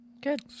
Good